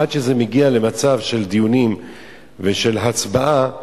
עד שזה מגיע למצב של דיונים ושל הצבעה,